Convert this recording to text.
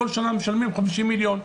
כל שנה משלמים 50 מיליון.